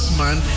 man